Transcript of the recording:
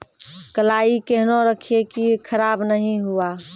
कलाई केहनो रखिए की खराब नहीं हुआ?